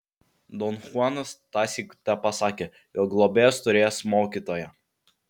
don chuanas tąsyk tepasakė jog globėjas turėjęs mokytoją